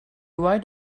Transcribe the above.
right